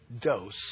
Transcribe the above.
dose